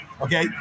okay